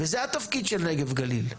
וזה התפקיד של נגב גליל.